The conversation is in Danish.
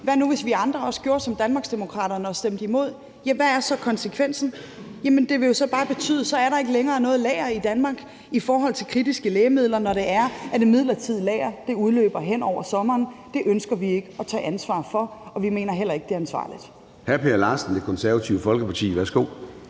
Hvad nu, hvis vi andre også gjorde som Danmarksdemokraterne og stemte imod? Ja, hvad ville konsekvensen så være? Jamen det ville jo bare betyde, at så er der ikke længere noget lager i Danmark i forhold til kritiske lægemidler, når det midlertidige lager udløber hen over sommeren. Det ønsker vi ikke at tage ansvar for, og vi mener heller ikke, at det er ansvarligt. Kl. 09:26 Formanden (Søren Gade): Hr. Per Larsen, Det Konservative Folkeparti. Værsgo.